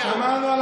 אתם לא